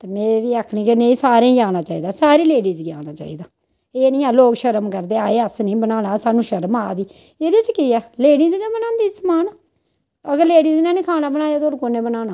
ते में बी आखनी के नेईं सारें गी औना चाहिदा सारी लेडीज गी औना चाहिदा एह् निं ऐ लोग शर्म करदे हाय नेईं अस निं बनाना सानूं शर्म आ दी एह्दे च केह् ऐ लेडीज गै बनांदी समान अगर लेडीज ने निं खाना बनाया ते होर कु'न्नै बनाना